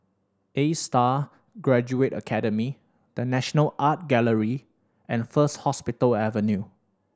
Astar Graduate Academy The National Art Gallery and First Hospital Avenue